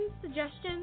suggestions